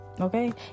okay